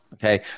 Okay